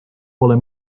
pole